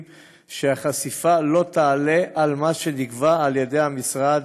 שהחשיפה לא תעלה על מה שנקבע על-ידי המשרד,